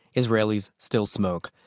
israelis still smoke.